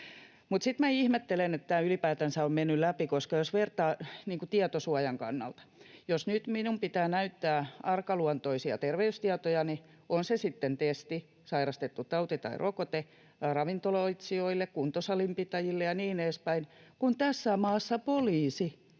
Sitten minä ihmettelen, että tämä ylipäätänsä on mennyt läpi tietosuojan kannalta. Jos minun nyt pitää näyttää arkaluontoisia terveystietojani, on se sitten testi, sairastettu tauti tai rokote, ravintoloitsijoille, kuntosalin pitäjille ja niin edespäin, niin miten se voi